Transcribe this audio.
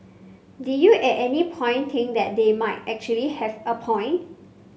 did you at any point think that they might actually have a point